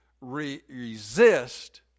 resist